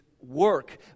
work